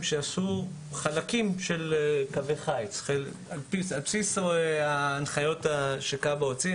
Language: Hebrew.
שעשו חלקים של קווי חיץ על בסיס הנחיות שכב"ה הוציא.